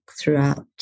throughout